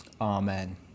Amen